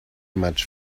much